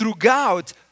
throughout